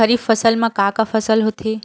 खरीफ फसल मा का का फसल होथे?